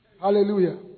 Hallelujah